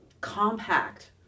compact